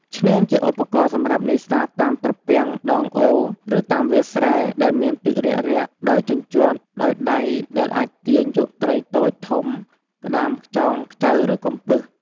ឈ្នាងជាឧបករណ៍សម្រាប់នេសាទតាមត្រពាំងដងអូរ ឬតាមវាលស្រែដែលមានទឹករាក់ៗដោយជញ្ជាត់ដោយដៃដែលអាចទាញយកត្រីតូចធំ ក្តាម ខ្យង ខ្ចៅ ឬកំពឹស។